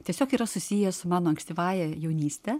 tiesiog yra susiję su mano ankstyvąja jaunyste